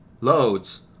Loads